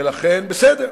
ולכן, בסדר.